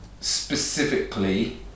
specifically